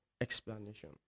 explanation